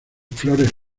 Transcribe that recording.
flores